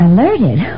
Alerted